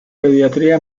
pediatría